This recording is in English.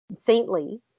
saintly